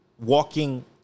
walking